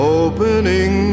opening